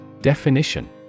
Definition